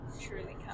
truly